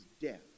death